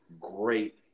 great